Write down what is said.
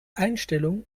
einstellung